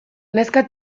neska